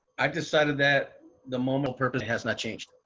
i decided that the moment purpose has not changed.